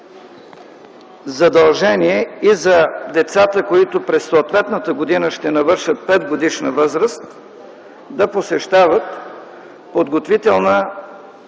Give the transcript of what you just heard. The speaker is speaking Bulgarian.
задължение и за децата, които през съответната година ще навършат 5-годишна възраст, да посещават подготвителна